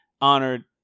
honored